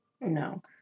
No